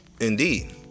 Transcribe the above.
indeed